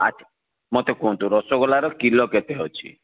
ଆଚ୍ଛା ମୋତେ କୁହନ୍ତୁ ରସଗୋଲାର କିଲୋ କେତେ ଅଛି